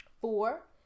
Four